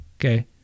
Okay